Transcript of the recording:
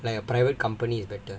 like a private company is better